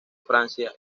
francia